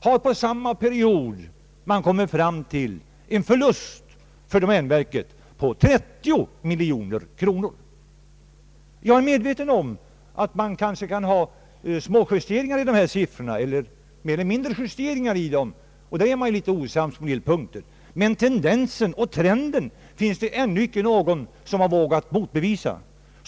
har under samma period domänverket gjort en förlust på 30 miljoner kronor. Jag är medveten om att man kanske kan göra små justeringar i dessa siffror. Då blir man litet osams på en del punkter. Men tendensen har ännu inte någon försökt motbevisa.